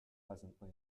pleasantly